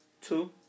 two